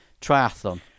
triathlon